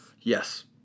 Yes